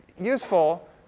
useful